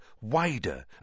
wider